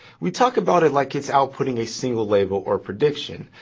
we talk about it like it's outputting a single label or prediction,